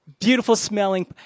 beautiful-smelling